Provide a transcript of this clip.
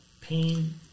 pain